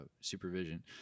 supervision